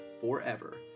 forever